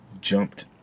jumped